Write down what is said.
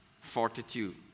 fortitude